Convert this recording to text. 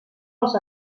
als